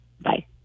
bye